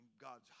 God's